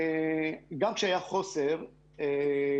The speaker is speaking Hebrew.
גם כשהיה לכאורה חוסר בפסח,